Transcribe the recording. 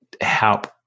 help